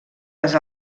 les